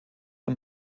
man